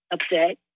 upset